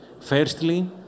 Firstly